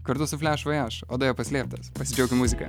kartu su flaš vojaž odoje paslėptas pasidžiaukim muzika